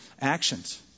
actions